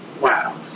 Wow